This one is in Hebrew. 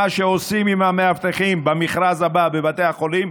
מה שעושים עם המאבטחים במכרז הבא בבתי החולים,